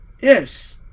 Yes